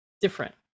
different